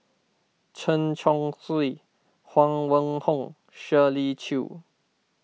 Chen Chong Swee Huang Wenhong Shirley Chew